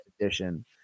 edition